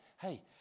hey